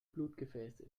blutgefäße